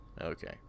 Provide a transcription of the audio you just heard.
okay